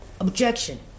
Objection